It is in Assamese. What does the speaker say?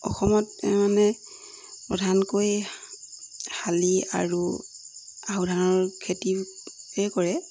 অসমত মানে প্ৰধানকৈ শালি আৰু আহুধানৰ খেতিয়ে কৰে